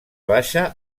baixa